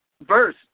verse